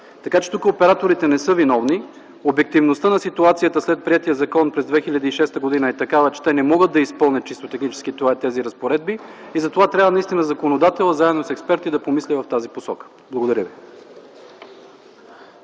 Тук операторите не са виновни. Обективността на ситуацията след приетия закон през 2006 г. е такава, че те не могат да изпълнят чисто технически тези разпоредби и затова трябва наистина законодателят, заедно с експерти да помисли в тази посока. Благодаря ви.